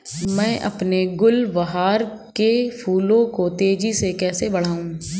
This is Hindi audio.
मैं अपने गुलवहार के फूल को तेजी से कैसे बढाऊं?